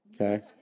Okay